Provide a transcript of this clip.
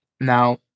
now